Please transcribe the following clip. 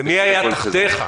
ומי היה תחתיך?